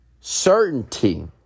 Certainty